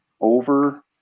over